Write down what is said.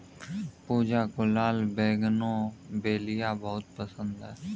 पूजा को लाल बोगनवेलिया बहुत पसंद है